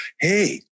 Hey